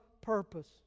purpose